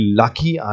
lucky